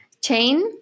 chain